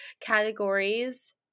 categories